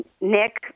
Nick